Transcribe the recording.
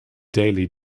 daily